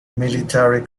military